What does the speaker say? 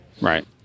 Right